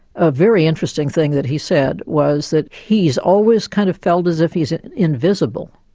a very interesting thing that he said was that he's always kind of felt as if he's invisible.